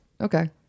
Okay